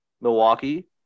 Milwaukee